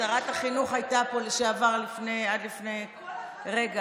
שרת החינוך לשעבר הייתה פה עד לפני רגע,